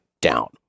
down